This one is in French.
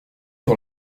sur